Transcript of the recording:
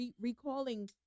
recalling